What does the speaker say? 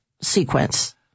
sequence